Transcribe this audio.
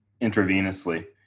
intravenously